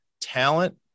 talent